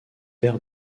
perd